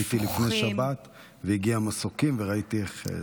הייתי לפני שבת והגיעו מסוקים וראיתי איך זה.